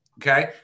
okay